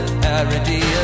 parody